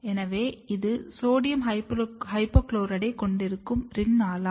எனவே இது சோடியம் ஹைபோகுளோரைட்டைக் கொண்டிருக்கும் ரின் ஆலா